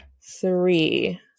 three